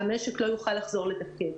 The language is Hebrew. המשק לא יוכל לחזור לתפקד.